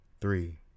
Three